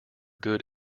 good